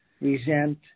resent